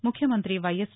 ముఖ్యమంతి వైఎస్